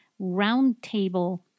roundtable